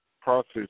process